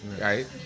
Right